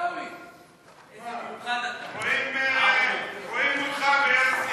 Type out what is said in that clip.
רואים אותך ב"ארץ נהדרת".